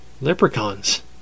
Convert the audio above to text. leprechauns